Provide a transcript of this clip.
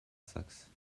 saxe